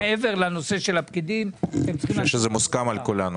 מי נמנע?